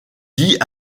dit